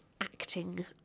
acting